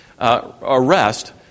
arrest